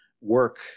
work